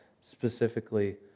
specifically